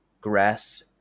grass